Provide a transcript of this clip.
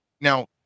Now